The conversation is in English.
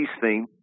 theme